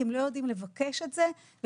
כי הם לא יודעים לבקש את זה ולהגיע